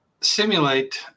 simulate